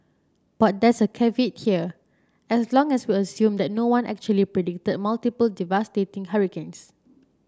but there's a caveat here as long as we assume that no one actually predicted multiple devastating hurricanes